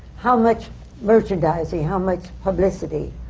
how much merchandising? how much publicity?